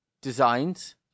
designs